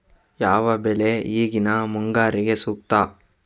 ಯಾವ ಬೆಳೆ ಈಗಿನ ಮುಂಗಾರಿಗೆ ಸೂಕ್ತ?